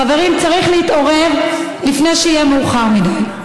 חברים, צריך להתעורר לפני שיהיה מאוחר מדי.